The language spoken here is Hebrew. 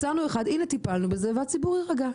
מצאנו אחד, הנה, טיפלנו בזה, והציבור יירגע.